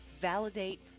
Validate